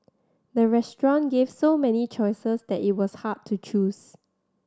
the restaurant gave so many choices that it was hard to choose